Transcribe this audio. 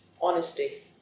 Honesty